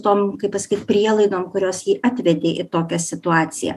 tom kaip pasakyt prielaidom kurios jį atvedė į tokią situaciją